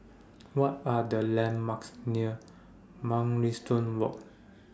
What Are The landmarks near Mugliston Walk